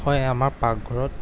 হয় আমাৰ পাকঘৰত